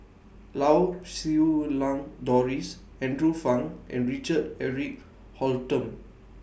Lau Siew Lang Doris Andrew Phang and Richard Eric Holttum